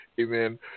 Amen